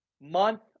month